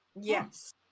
Yes